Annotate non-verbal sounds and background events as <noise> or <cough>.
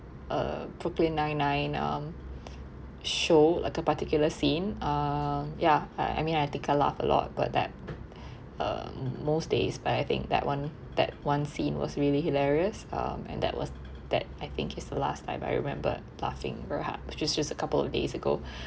uh brooklyn nine nine um show like a particular scene um ya I I mean I think I laughed a lot about that <breath> um most days but I think that [one] that one scene was really hilarious um and that was that I think it's the last time I remembered laughing very hard which is just a couple of days ago